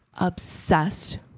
obsessed